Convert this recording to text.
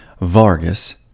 Vargas